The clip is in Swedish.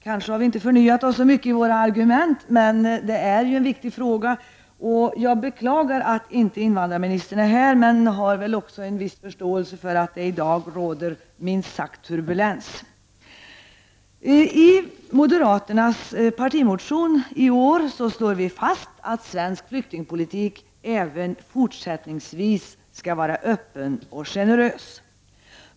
Kanske har vi inte förnyat våra argument så mycket, men detta är en viktig fråga. Jag beklagar att inte invandrarministern är här i dag, men jag har väl också viss förståelse för att det i dag råder minst sagt turbulens. I moderaternas partimotion i år slår vi fast att den svenska flyktingpoliti ken även fortsättningsvis skall vara öppen och generös.